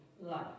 life